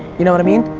you know what i mean?